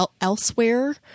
Elsewhere